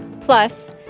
Plus